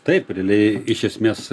taip realiai iš esmės